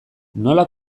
nola